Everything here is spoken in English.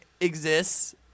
exists